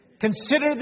Consider